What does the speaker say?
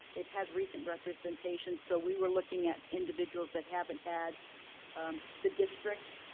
they've had recent representation. so, we were looking at individuals that haven't had the district,